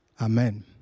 amen